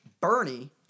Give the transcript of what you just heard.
Bernie